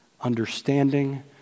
understanding